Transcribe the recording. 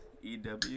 EW